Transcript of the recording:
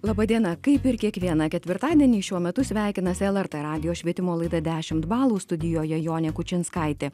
laba diena kaip ir kiekvieną ketvirtadienį šiuo metu sveikinasi lrt radijo švietimo laida dešimt balų studijoje jonė kučinskaitė